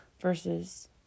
versus